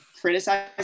criticize